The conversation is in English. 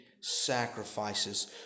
sacrifices